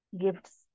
gifts